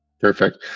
Perfect